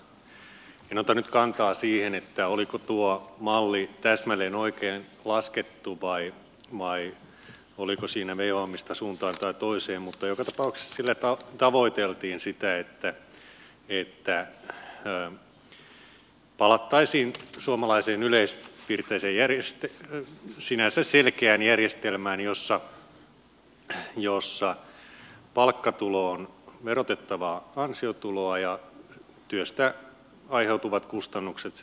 en ota nyt kantaa siihen oliko tuo malli täsmälleen oikein laskettu vai oliko siinä veivaamista suuntaan tai toiseen mutta joka tapauksessa sillä tavoiteltiin sitä että palattaisiin suomalaiseen sinänsä selkeään järjestelmään jossa palkkatulo on verotettavaa ansiotuloa ja työstä aiheutuvat kustannukset sitten korvataan verovapaasti